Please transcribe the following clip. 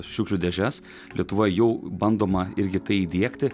šiukšlių dėžes lietuvoj jau bandoma irgi tai įdiegti